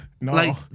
No